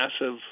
massive